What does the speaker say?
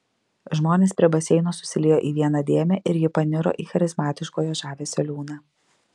žmonės prie baseino susiliejo į vieną dėmę ir ji paniro į charizmatiško jo žavesio liūną